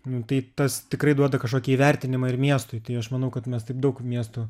nu tai tas tikrai duoda kažkokį įvertinimą ir miestui tai aš manau kad mes taip daug miestų